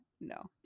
no